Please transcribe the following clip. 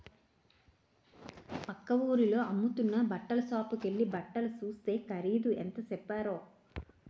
పక్క వూరిలో అమ్ముతున్న బట్టల సాపుకెల్లి బట్టలు సూస్తే ఖరీదు ఎంత సెప్పారో